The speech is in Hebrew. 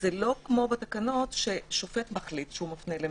זה לא כמו בתקנות שהשופט מחליט שהוא מפנה.